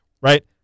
right